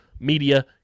media